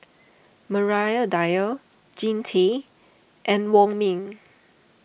Maria Dyer Jean Tay and Wong Ming